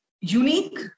unique